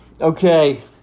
Okay